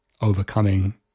overcoming